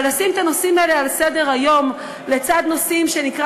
אבל לשים את הנושאים האלה על סדר-היום לצד נושאים שנקרא